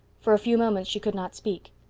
for a few moments she could not speak.